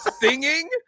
singing